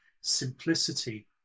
simplicity